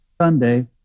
Sunday